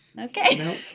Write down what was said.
Okay